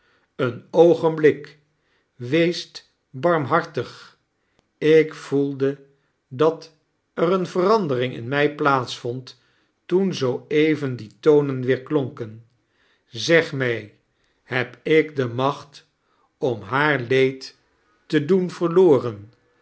een oogenblik wees barmhartig ik voelde dat er eene verandering in mij plaats vond toen zoo even die tonen weerklonken zeg mij heb ik de macht om haar leed te kerstvertellingen doen